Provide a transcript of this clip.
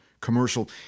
commercial